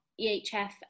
EHF